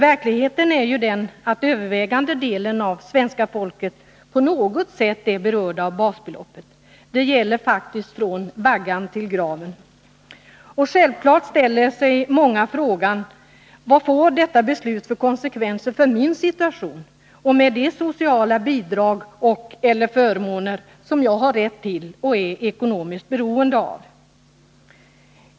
Verkligheten är ju den att övervägande delen av svenska folket på något sätt är berörd av basbeloppet. Det gäller faktiskt från vaggan till graven. Självfallet ställer sig många frågan: Vad får detta beslut för konsekvenser för min situation med de sociala bidrag och/eller förmåner som jag har rätt till och är ekonomiskt beroende av?